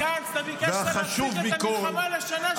אני מזכיר לך שרצית להפסיק את המלחמה לשנה-שנתיים.